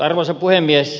arvoisa puhemies